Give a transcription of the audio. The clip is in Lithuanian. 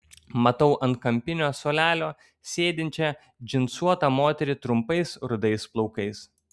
matau ant kampinio suolelio sėdinčią džinsuotą moterį trumpais rudais plaukais